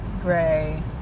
gray